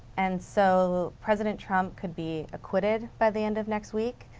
and so president trump could be acquitted by the end of next week,